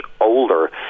older